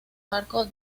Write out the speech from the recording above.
barco